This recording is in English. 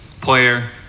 player